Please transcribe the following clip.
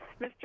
Mr